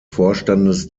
vorstandes